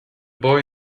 boy